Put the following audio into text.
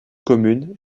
communes